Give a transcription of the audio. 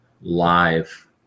live